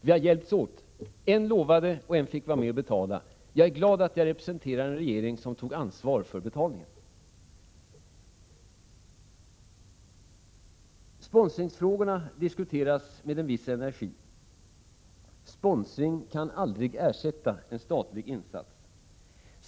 Vi har hjälpts åt — en lovade, och en fick vara med och betala. Jag är glad att jag representerar en regering som tog ansvar för betalningen. Sponsringsfrågorna diskuteras med en viss energi. Sponsring kan aldrig ersätta en statlig insats.